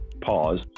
pause